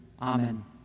amen